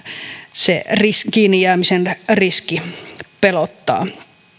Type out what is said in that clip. se kiinni jäämisen riski pelottaa